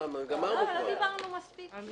גמרנו כבר.